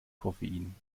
koffein